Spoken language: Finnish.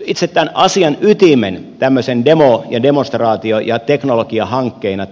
itse tämän asian ytimen osalta tämän asian tukeminen tämmöisenä demo ja demonstraatio ja teknologiahankkeena